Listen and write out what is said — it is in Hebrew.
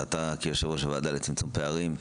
ואתה כיושב-ראש ועדה לצמצום פערים,